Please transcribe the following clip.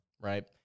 right